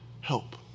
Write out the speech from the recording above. help